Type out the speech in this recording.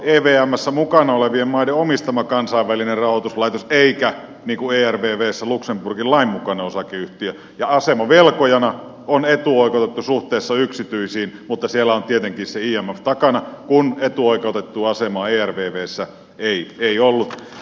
evmssä mukana olevien maiden omistama kansainvälinen rahoituslaitos eikä niin kuin ervvssä luxemburgin lain mukainen osakeyhtiö ja asema velkojana on etuoikeutettu suhteessa yksityisiin mutta siellä on tietenkin se imf takana kun etuoikeutettua asemaa ervvssä ei ollut